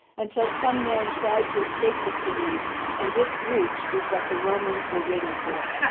until some men tried to escape the city and this breach was what the romans were waiting for.